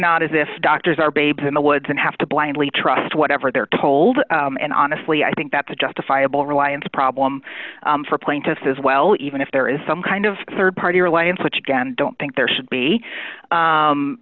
not as if doctors are babes in the woods and have to blindly trust whatever they're told and honestly i think that's a justifiable reliance problem for plaintiffs as well even if there is some kind of rd party alliance which again don't think there should be